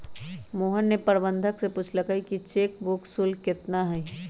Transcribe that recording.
मोहन ने प्रबंधक से पूछल कई कि चेक बुक शुल्क कितना हई?